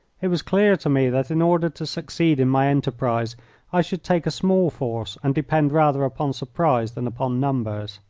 it was clear to me that in order to succeed in my enterprise i should take a small force and depend rather upon surprise than upon numbers.